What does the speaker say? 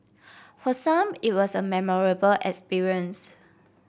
for some it was a memorable experience